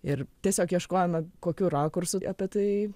ir tiesiog ieškojome kokiu rakursu apie tai